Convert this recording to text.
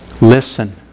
listen